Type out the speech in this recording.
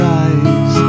eyes